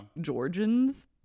Georgians